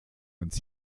uns